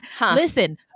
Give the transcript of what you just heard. listen